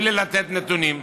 בלי לתת נתונים.